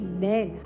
Amen